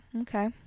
okay